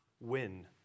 win